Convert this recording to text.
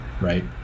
right